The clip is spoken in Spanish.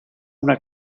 una